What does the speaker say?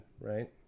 right